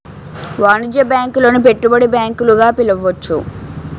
వాణిజ్య బ్యాంకులను పెట్టుబడి బ్యాంకులు గా పిలవచ్చు